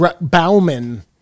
Bauman